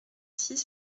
six